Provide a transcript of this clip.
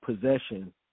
possession